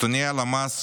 נתוני הלמ"ס,